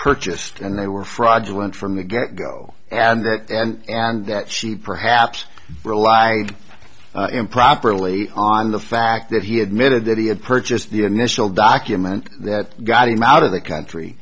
purchased and they were fraudulent from the get go and that and that she perhaps rely improperly on the fact that he admitted that he had purchased the initial document that got him out of the country